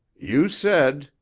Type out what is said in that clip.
you said,